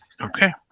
Okay